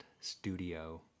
studio